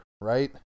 Right